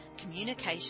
communication